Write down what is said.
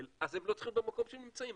אז הם לא צריכים להיות במקום שהם נמצאים.